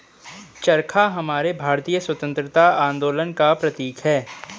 चरखा हमारे भारतीय स्वतंत्रता आंदोलन का प्रतीक है